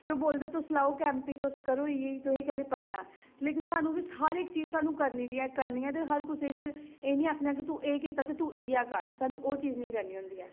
फिर ओह् बोलदा तुस लेओ कैंप ई तुस करो इ'यै ई तुसें कैह्ली पढ़ना लेकिन स्हानूं बी हर इक्क चीज़ स्हानूं बी करनी बी ऐ ते करनी ऐ ते हर कुसै गी एह् निं आखना के तूं एह् कीता ते तू इ'यै कर तू एह् चीज़ निं करनी होंदी ऐ